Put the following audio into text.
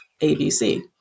ABC